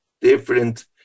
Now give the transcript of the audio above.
different